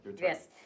Yes